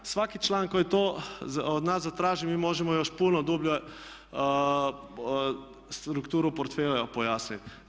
Svaki član koji to od nas zatraži mi možemo još puno dublje strukturu portfelja pojasniti.